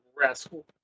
rascal